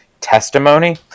testimony